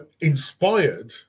Inspired